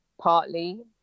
partly